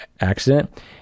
accident